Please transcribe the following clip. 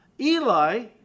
Eli